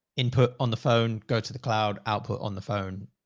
input on the phone, go to the cloud, output on the phone,